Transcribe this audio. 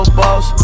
boss